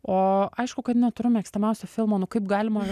o aišku kad neturiu mėgstamiausio filmo nu kaip galima